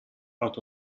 out